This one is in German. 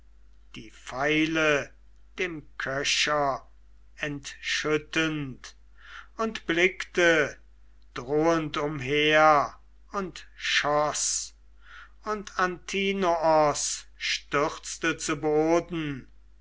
die pfeile dem köcher entschüttend und blickte drohend umher und schoß und antinoos stürzte zu boden